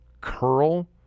Curl